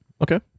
Okay